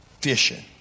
fishing